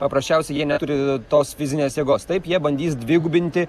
paprasčiausiai jie neturi tos fizinės jėgos taip jie bandys dvigubinti